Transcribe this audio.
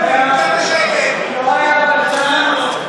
אינו נוכח יוראי להב הרצנו,